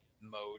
mode